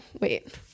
wait